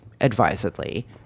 advisedly